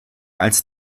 als